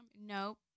Nope